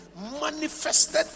manifested